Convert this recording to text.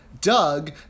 Doug